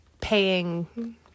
paying